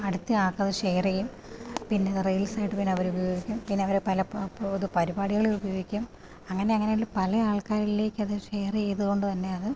അടുത്ത ആൾക്കത് ഷെയർ ചെയ്യും പിന്നെ റീൽസ് കിട്ടുന്നതിന് അവരത് ഉപയോഗിക്കും പിന്നെ അത് പല പരിപാടികളിൽ ഉപയോഗിക്കും അങ്ങനെ അങ്ങനെ അത് പല ആൾക്കാരിലേക്കും അത് ഷെയർ ചെയ്തത് കൊണ്ട് തന്നെ അത്